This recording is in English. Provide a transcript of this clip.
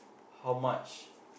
how much